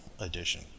edition